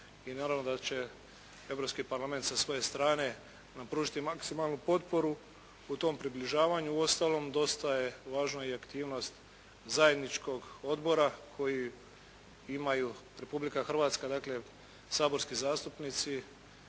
I naravno da će Europski parlament sa svoje strane nam pružiti maksimalnu potporu u tom približavanju. Uostalom, dosta je važna i aktivnost zajedničkog odbora koji imaju Republika Hrvatske, dakle saborski zastupnici